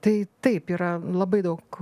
tai taip yra labai daug